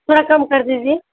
تھوڑا کم کر دیجیے